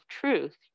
truth